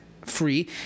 free